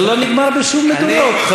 זה לא נגמר בשום מדורות.